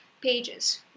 pages